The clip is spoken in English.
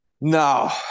No